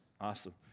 Awesome